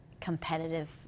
competitive